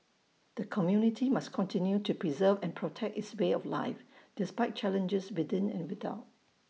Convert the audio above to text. the community must continue to preserve and protect its way of life despite challenges within and without